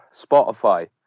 Spotify